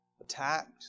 attacked